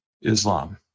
Islam